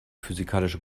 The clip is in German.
physikalische